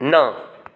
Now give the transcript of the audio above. ना